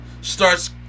starts